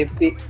the